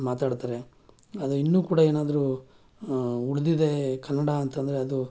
ಮಾತಾಡ್ತಾರೆ ಅದು ಇನ್ನೂ ಕೂಡ ಏನಾದರೂ ಉಳಿದಿದೆ ಕನ್ನಡ ಅಂತಂದರೆ ಅದು